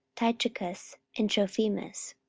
tychicus and trophimus.